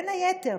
בין היתר,